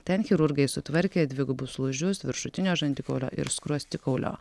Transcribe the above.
ten chirurgai sutvarkė dvigubus lūžius viršutinio žandikaulio ir skruostikaulio